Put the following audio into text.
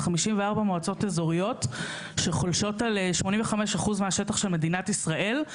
54 מועצות אזוריות שחולשות על 85% מהשטח של מדינת ישראל,